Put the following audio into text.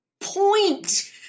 point